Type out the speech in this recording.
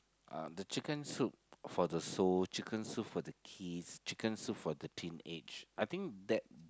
um the chicken soup for the soul chicken soup for the kids chicken soup for the teenage I think that